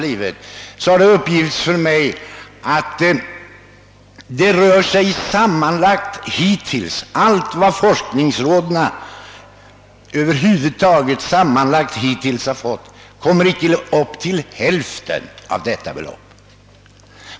Jag har på förfrågan fått veta, att vad forskningsråden hittills sammanlagt fått inte uppgår till halva det beloppet.